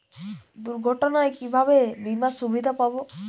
দুর্ঘটনায় কিভাবে বিমার সুবিধা পাব?